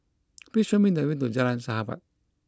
please show me the way to Jalan Sahabat